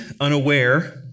unaware